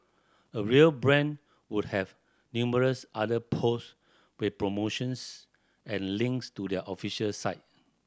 a real brand would have numerous other posts with promotions and links to their official site